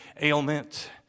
ailment